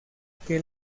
que